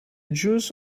juice